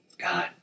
God